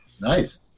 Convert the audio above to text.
nice